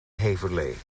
heverlee